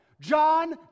John